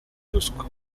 ruswa